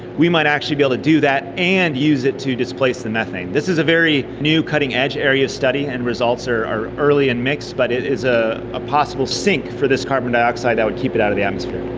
we might actually be able to do that and use it to displace the methane. this is a very new cutting-edge area of study and results are are early and mixed, but it is ah a possible sink for this carbon dioxide that would keep it out of the atmosphere.